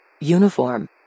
Uniform